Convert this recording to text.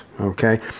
okay